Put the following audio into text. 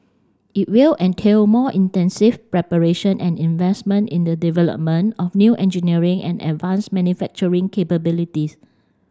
it will entail more intensive preparation and investment in the development of new engineering and advanced manufacturing capabilities